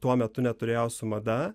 tuo metu neturėjo su mada